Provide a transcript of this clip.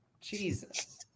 Jesus